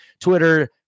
Twitter